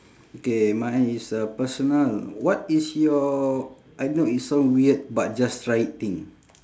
okay mine is a personal what is your I know it sound weird but just try it thing